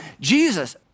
Jesus